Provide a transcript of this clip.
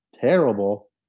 Terrible